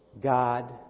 God